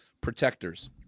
protectors